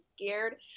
scared